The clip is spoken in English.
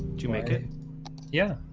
do you make it yeah